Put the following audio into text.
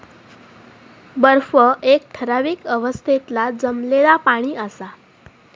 बर्फ एक ठरावीक अवस्थेतला जमलेला पाणि असा